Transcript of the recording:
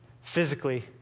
physically